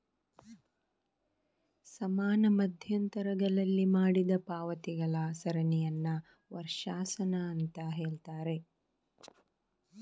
ಸಮಾನ ಮಧ್ಯಂತರಗಳಲ್ಲಿ ಮಾಡಿದ ಪಾವತಿಗಳ ಸರಣಿಯನ್ನ ವರ್ಷಾಶನ ಅಂತ ಹೇಳ್ತಾರೆ